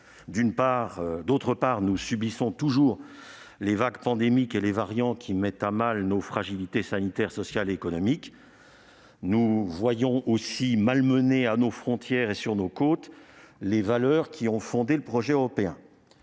D'autre part, nous subissons toujours les vagues pandémiques ; les variants mettent au jour nos fragilités sanitaires, sociales et économiques. En outre, nous voyons malmenées à nos frontières et sur nos côtes les valeurs qui ont fondé le projet européen.